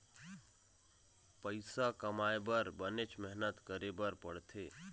पइसा कमाए बर बनेच मेहनत करे बर पड़थे